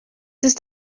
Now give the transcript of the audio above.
ist